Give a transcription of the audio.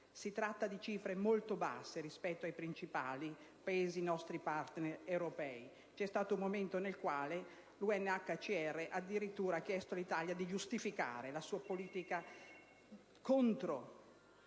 si tratta di cifre molto basse rispetto ai principali Paesi nostri *partner* europei. C'è stato un momento nel quale l'UNHCR ha addirittura chiesto all'Italia di giustificarsi per come